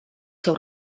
seu